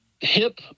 hip